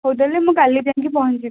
ହଉ ତା'ହେଲେ ମୁଁ କାଲି ଯାଇକି ପହଞ୍ଚିଯିବି